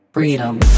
Freedom